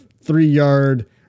three-yard